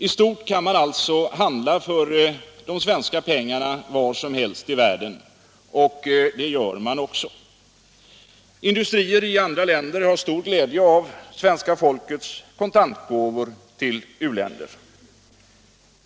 I stort kan man alltså handla för de svenska pengarna var som helst i världen. Och det gör man också. Industrier i andra länder har stor glädje av svenska folkets kontantgåvor till u-länder.